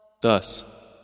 Thus